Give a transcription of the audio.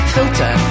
Filter